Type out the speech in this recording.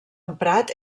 emprat